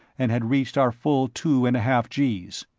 and had reached our full two and a half gees.